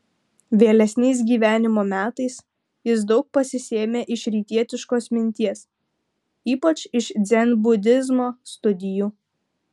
vėlesniais gyvenimo metais jis daug pasisėmė iš rytietiškos minties ypač iš dzenbudizmo studijų